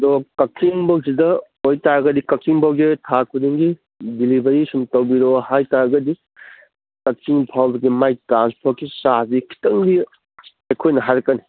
ꯑꯗꯣ ꯀꯛꯆꯤꯡꯕꯣꯛꯁꯤꯗ ꯑꯣꯏꯇꯥꯔꯒꯗꯤ ꯀꯛꯆꯤꯡꯕꯣꯛꯁꯦ ꯊꯥ ꯈꯨꯗꯤꯡꯒꯤ ꯗꯦꯂꯤꯕꯔꯤ ꯁꯨꯝ ꯇꯧꯕꯤꯔꯛꯑꯣ ꯍꯥꯏꯇꯥꯔꯒꯗꯤ ꯀꯛꯆꯤꯡ ꯐꯥꯎꯕꯒꯤ ꯃꯥꯏ ꯇ꯭ꯔꯥꯟꯁꯄꯣꯔꯠꯀꯤ ꯆꯥꯔꯖꯁꯦ ꯈꯤꯇꯪꯗꯤ ꯑꯩꯈꯣꯏꯅ ꯍꯥꯏꯔꯛꯀꯅꯤ